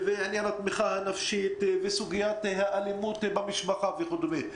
עניין התמיכה הנפשית וסוגיית האלימות במשפחה וכדומה.